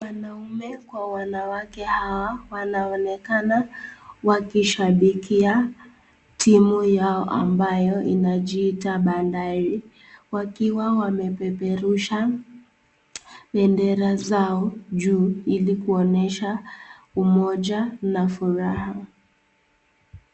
Wanaume kwa wanawake hawa wanaonekana wakishambikia timu yao ambayo inajiita Bandari, wakiwa wamepeperusha bendera zao juu ili kuonyesha umoja na furaha.